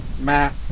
Matt